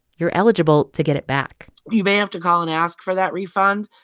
you're eligible to get it back you may have to call and ask for that refund,